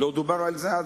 לא דובר על זה אז,